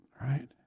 right